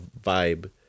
vibe